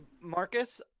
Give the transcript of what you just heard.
Marcus